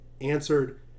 answered